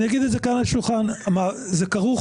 אני אגיד זאת כאן על השולחן: זה כרוך